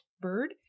bird